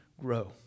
grow